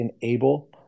enable